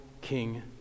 King